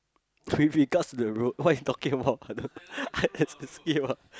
with regards to the road what he talking about let's skip ah